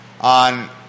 on